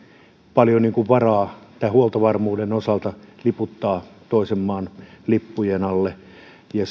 paljon varaa huoltovarmuuden osalta liputtaa toisen maan lippujen alle ja